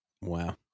Wow